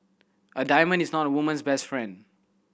a diamond is not a woman's best friend